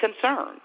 concerned